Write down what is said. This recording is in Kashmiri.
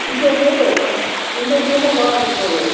یہِ چھِ اَسہِ ییٚتہِ یہِ چھِ اَسہِ سمُل بازَس منٛز حظ